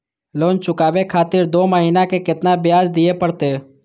Loan चुकाबे खातिर दो महीना के केतना ब्याज दिये परतें?